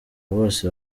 bose